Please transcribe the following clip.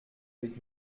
avec